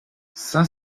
cinq